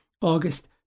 August